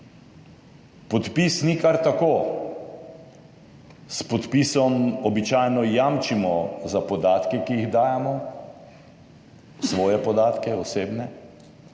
Podpis ni kar tako. S podpisom običajno jamčimo za podatke, ki jih dajemo, svoje podatke, osebne